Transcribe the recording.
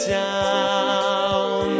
down